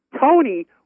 Tony